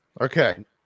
okay